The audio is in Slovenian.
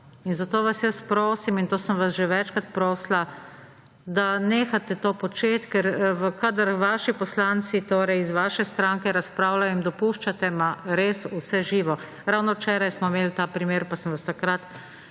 In zato vas jaz prosim in to sem vas že večkrat prosila, da nehate to početi, ker kadar vaši poslanci, torej iz vaše stranke razpravljajo jim dopuščate ma res vse živo. Ravno včeraj smo imeli ta primer, pa sem vas takrat